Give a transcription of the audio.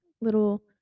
little